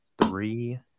three